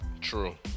True